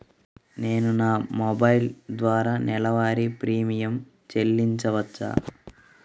నేను నా మొబైల్ ద్వారా నెలవారీ ప్రీమియం చెల్లించవచ్చా?